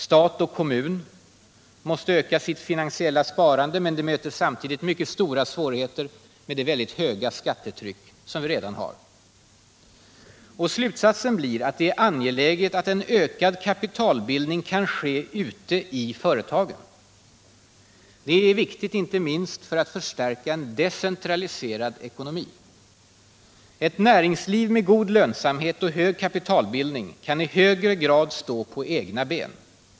Stat och kommun måste öka sitt finansiella sparande, men det möter samtidigt mycket stora svårigheter med det väldigt höga skattetryck som vi redan har. Slutsatsen blir att det är angeläget att en ökad kapitalbildning kan ske ute i företagen. Det är viktigt inte minst för att förstärka en decentraliserad ekonomi. Ett näringsliv med god lönsamhet och hög kapitalbildning kan i högre grad stå på egna ben.